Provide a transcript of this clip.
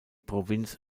provinz